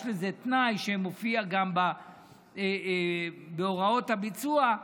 יש לזה תנאי שמופיע גם בהוראות הביצוע: